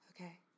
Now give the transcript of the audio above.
okay